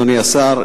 אדוני השר,